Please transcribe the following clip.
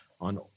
on